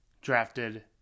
drafted